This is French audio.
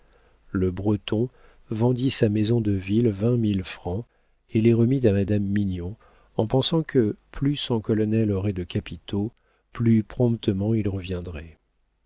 le breton vendit sa maison de ville vingt mille francs et les remit à madame mignon en pensant que plus son colonel aurait de capitaux plus promptement il reviendrait